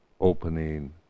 opening